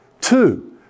Two